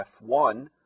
F1